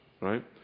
Right